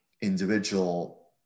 individual